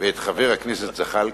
ואת חבר הכנסת זחאלקה,